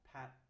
Pat